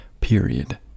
period